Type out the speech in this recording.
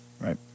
Right